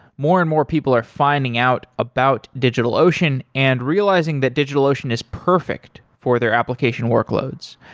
more and more people are finding out about digitalocean and realizing that digitalocean is perfect for their application workloads.